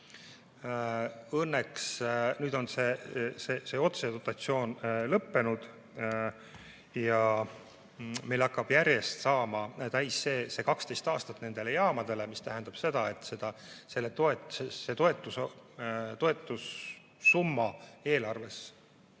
Õnneks nüüd on see otsedotatsioon lõppenud ja meil hakkab järjest saama täis see 12 aastat nendele jaamadele, mis tähendab seda, et toetussumma eelarvesse